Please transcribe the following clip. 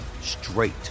straight